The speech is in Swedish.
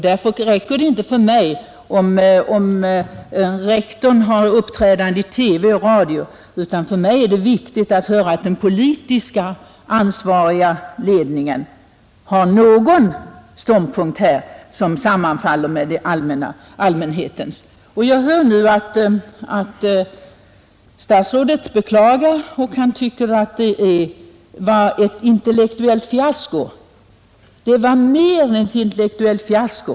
Därför räcker det inte för mig om rektorn uppträder i TV och radio, utan för mig är det viktigt att höra att den politiskt ansvariga ledningen intar en ståndpunkt som sammanfaller med allmänhetens. Jag hör nu att statsrådet beklagar det inträffade och tycker att det var ett intellektuellt fiasko. Men det var mer än ett intellektuellt fiasko!